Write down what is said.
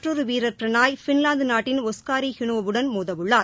மற்றொரு வீரர் பிரணாய் பின்வாந்து நாட்டின் ஒஸ்காரி ஹினோ வுடன் மோதவுள்ளார்